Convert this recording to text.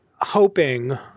hoping